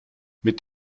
mit